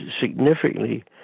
significantly